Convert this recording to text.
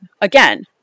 again